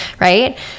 right